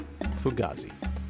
fugazi